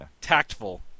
Tactful